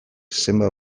zenbat